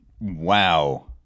Wow